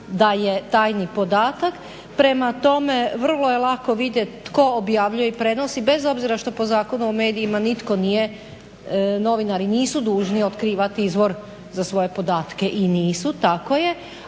da je tajni podatak. Prema tome, vrlo je lako vidjet tko objavljuje i prenosi bez obzira što po Zakonu o medijima nitko nije, novinari nisu dužni otkrivat izvor za svoje podatke i nisu tako je,